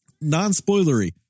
Non-spoilery